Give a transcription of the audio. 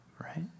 Right